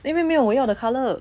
因为没有我要的 colour